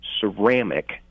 ceramic